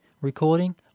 Recording